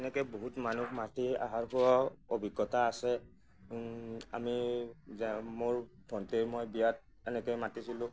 এনেকৈ বহুত মানুহ মাতি আহাৰ পৰাও অভিজ্ঞতা আছে আমি যে মোৰ ভণ্টীৰ মই বিয়াত এনেকৈ মাতিছিলোঁ